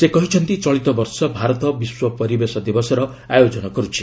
ସେ କହିଛନ୍ତି ଚଳିତବର୍ଷ ଭାରତ ବିଶ୍ୱ ପରିବେଶ ଦିବସର ଆୟୋଜନ କରୁଛି